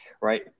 right